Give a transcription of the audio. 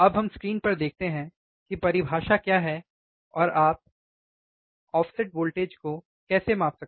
अब हम स्क्रीन पर देखते हैं कि परिभाषा क्या है और हमको कैसे माप सकते हैं आउटपुट ऑफ़सेट वोल्टेज ठीक